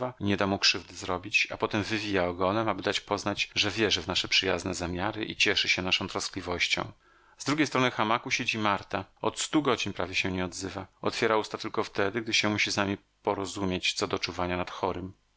nieda mu krzywdy zrobić a potem wywija ogonem aby dać poznać że wierzy w nasze przyjazne zamiary i cieszy się naszą troskliwością z drugiej strony hamaku siedzi marta od stu godzin prawie się nie odzywa otwiera usta tylko wtedy gdy się musi z nami porozumieć co do czuwania nad chorym